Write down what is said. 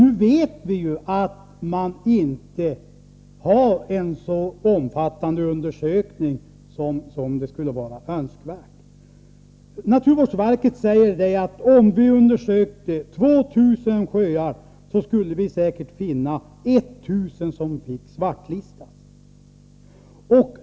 Nu vet vi emellertid att det inte finns en så omfattande undersökning som skulle vara önskvärt. Naturvårdsverket säger att man, om man undersökte 2 000 sjöar, säkert skulle finna 1 000 som måste svartlistas.